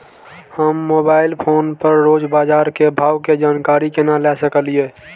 हम mobile phone पर रोज बाजार के भाव के जानकारी केना ले सकलिये?